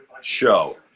show